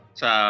sa